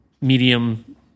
medium